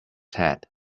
head